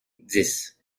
dix